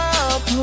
up